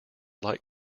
light